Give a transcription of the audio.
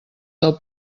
del